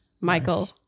Michael